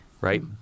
right